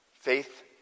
Faith